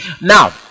Now